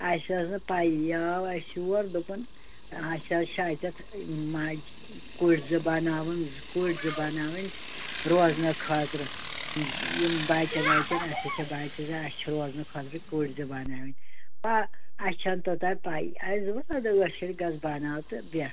اسہِ ٲس نہٕ پَیی یہِ آو اسہِ یور دوٚپُن اسہِ حظ چھِ اَتیٚتھ مج کُٹھ زٕ بناوٕنۍ کُٹھ زٕ بناوٕنۍ روزنہٕ خٲطرٕ یِم بچَن وَچَن اسہِ حظ چھِ بَچہِ زٕ اسہِ چھِ روزنہٕ خٲطرٕ کُٹھۍ زٕ بَناوٕنۍ پَا اسہِ چھَنہٕ توٚتانۍ پَیی اسہِ دوپُس اَدٕ عٲش کٔرِتھ گَژھ بَناو تہٕ بیٚہہ